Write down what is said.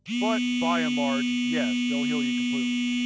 but, by and large, yes, they'll heal you completely.